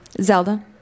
Zelda